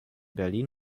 berlin